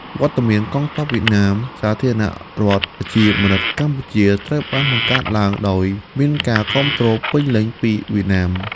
វត្តមានកងទ័ពវៀតណាម របបសាធារណរដ្ឋប្រជាមានិតកម្ពុជា ត្រូវបានបង្កើតឡើងដោយមានការគាំទ្រពេញលេញពីវៀតណាម។